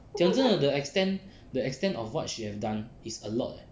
讲真正 the extent the extent of what she have done is a lot eh